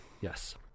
yes